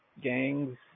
Gangs